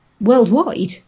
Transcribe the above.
worldwide